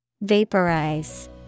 Vaporize